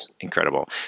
incredible